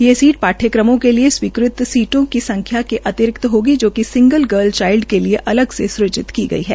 यह सीट पाठ्यक्रमों के लिए स्वीकृत सीटों की संख्या के अतिरिक्त होगी जोकि सिंगल गर्ल चाइल्ड के लिए अलग से सूजित की गई है